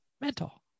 Mental